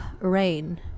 rain